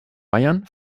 bayern